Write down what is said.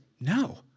No